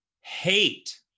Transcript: hate